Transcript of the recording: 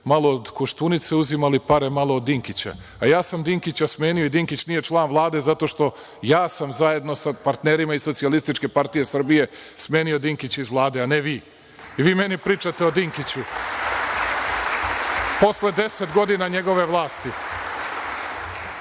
malo od Koštunice uzimali pare, malo od Dinkića, a ja sam Dinkića smenio. Dinkić nije član Vlade zato što sam zajedno sa partnerima iz SPS smenio Dinkića iz Vlade, a ne vi. Vi meni pričate o Dinkiću, posle 10 godina njegove vlasti.